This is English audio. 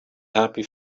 happy